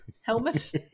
helmet